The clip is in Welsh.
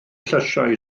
llysiau